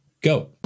go